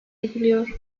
ediliyor